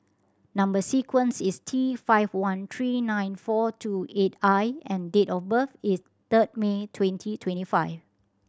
number sequence is T five one three nine four two eight I and date of birth is third May twenty twenty five